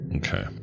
Okay